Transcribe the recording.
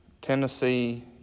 Tennessee